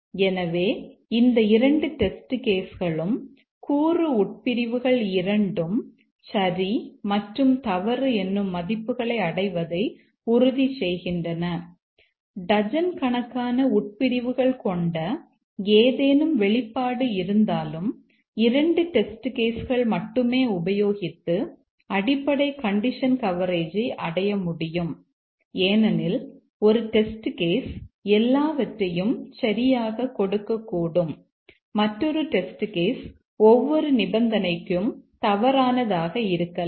எனவே இந்த இரண்டு டெஸ்ட் கேஸ் ஒவ்வொரு நிபந்தனைக்கும் தவறானதாக இருக்கலாம்